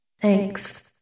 Thanks